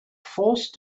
forced